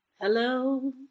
Hello